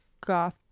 goth